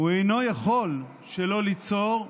הוא אינו יכול שלא ליצור: